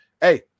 hey